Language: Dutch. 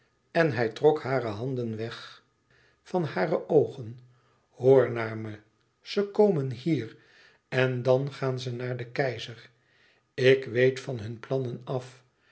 en hij trok hare handen weg van hare oogen hoor naar me ze komen hier en dan gaan ze naar den keizer ik weet van hun plannen af